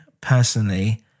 personally